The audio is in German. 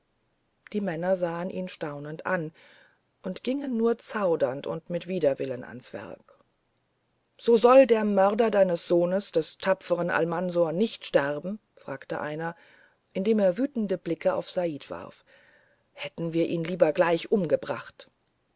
die männer sahen ihn staunend an und gingen nur zaudernd und mit widerwillen ans werk so soll der mörder deines sohnes des tapfern almansor nicht sterben fragte einer indem er wütende blicke auf said warf hätten wir ihn lieber gleich umgebracht